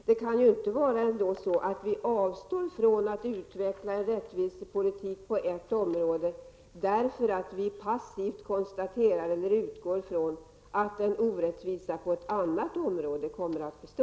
Vi kan ju inte avstå från att utveckla en rättvisepolitik på ett område därför att vi passivt konstaterar eller utgår ifrån att en orättvisa på ett annat område kommer att bestå.